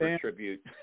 tribute